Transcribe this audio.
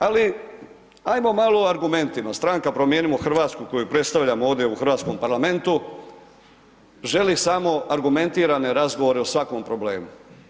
Ali ajmoo malo i o argumentima, stranka Promijenimo Hrvatsku koju predstavljam ovdje u hrvatskom parlamentu, želi samo argumentirane razgovore o svakom problemu.